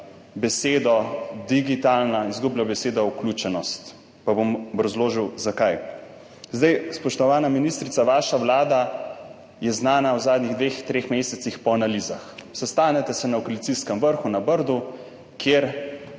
besedo digitalna, izgublja beseda vključenost, pa bom obrazložil zakaj. Spoštovana ministrica, vaša vlada je v zadnjih dveh, treh mesecih znana po analizah. Sestanete se na koalicijskem vrhu na Brdu, kjer